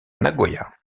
nagoya